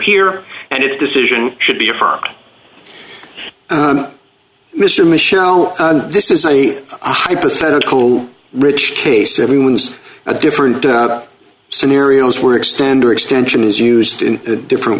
here and its decision should be affirmed mr michel this is a hypothetical rich case everyone's a different scenarios where extender extension is used in different